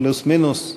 פלוס-מינוס?